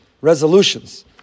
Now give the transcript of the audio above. Resolutions